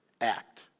act